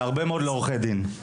והרבה מאוד לעורכי דין.